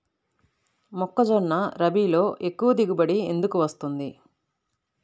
మొక్కజొన్న రబీలో ఎక్కువ దిగుబడి ఎందుకు వస్తుంది?